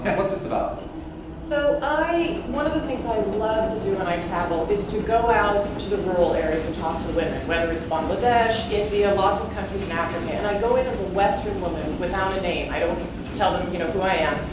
what's this about? mg so i, one of the things i love to do when and i travel is to go out to the rural areas and talk to the women, whether it's bangladesh, india, lots of countries in africa, and i go in as a western woman without a name. i don't tell them you know who i am.